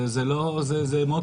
זה מאוד פשוט.